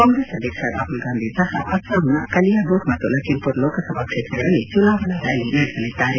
ಕಾಂಗ್ರೆಸ್ ಅಧ್ಯಕ್ಷ ರಾಹುಲ್ ಗಾಂಧಿ ಸಹ ಅಸ್ಸಾಂನ ಕಲಿಯಾಬೊರ್ ಮತ್ತು ಲಕ್ಕಿಂಪುರ್ ಲೋಕಸಭಾ ಕ್ಷೇತ್ರಗಳಲ್ಲಿ ಚುನಾವಣಾ ರ್ಯಾಲಿ ನಡೆಸಲಿದ್ದಾರೆ